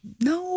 No